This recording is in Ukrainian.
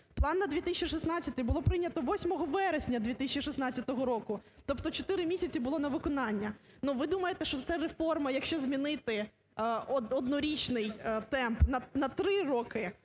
План на 2016 було прийнято 8 вересня 2016 року, тобто чотири місяці було на виконання. Ну, ви думаєте, що це реформа, якщо змінити однорічний темп на три роки